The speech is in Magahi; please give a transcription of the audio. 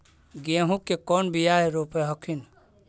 गेहूं के कौन बियाह रोप हखिन?